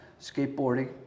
skateboarding